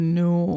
no